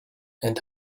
and